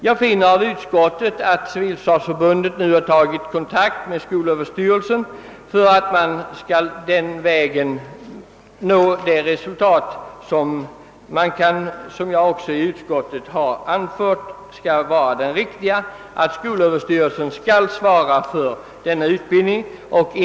Jag finner av utskottsutlåtandet att civilförsvarsförbundet nu tagit kontakt med skolöverstyrelsen för att söka nå resultat. Och min mening är, som jag framhållit, att skolöverstyrelsen och inte civilförsvarsmyndigheterna skall svara för denna utbildning.